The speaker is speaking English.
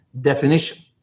definition